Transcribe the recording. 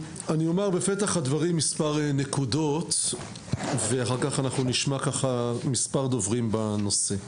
אני אומר בפתח הדברים מספר נקודות ואחר-כך נשמע מספר דוברים בנושא.